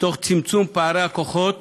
תוך צמצום פערי הכוחות